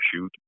shoot